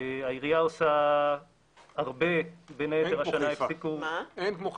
העירייה עושה הרבה --- אין כמו חיפה.